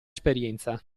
esperienza